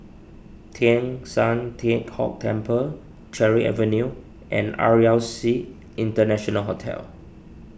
Teng San Tian Hock Temple Cherry Avenue and R E L C International Hotel